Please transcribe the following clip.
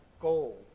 goal